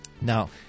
Now